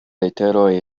leteroj